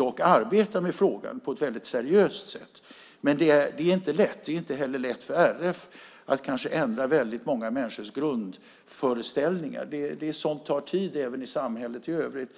RF arbetar med frågan på ett mycket seriöst sätt. Det är inte lätt. Det är heller inte lätt för RF att ändra många människors grundföreställningar. Sådant tar tid i samhället i övrigt.